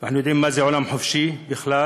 אנחנו יודעים מה זה עולם חופשי בכלל?